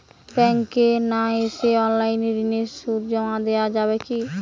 ব্যাংকে না এসে অনলাইনে ঋণের সুদ জমা দেওয়া যাবে কি?